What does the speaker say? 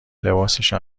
لباسش